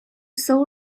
soul